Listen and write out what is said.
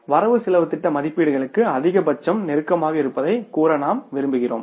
வரவுசெலவுத் திட்ட மதிப்பீடுகளுக்கு அதிகபட்சம் நெருக்கமாக இருப்பதைக் கூற நாம் விரும்புகிறோம்